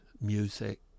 music